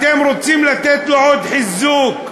אתם רוצים לתת לו עוד חיזוק.